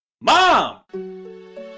Mom